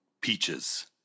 peaches